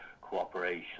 cooperation